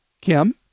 Kim